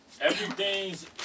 everything's